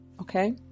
Okay